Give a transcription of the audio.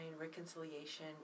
reconciliation